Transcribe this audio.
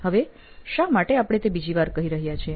હવે શા માટે આપણે તે બીજી વાર કરી રહ્યા છીએ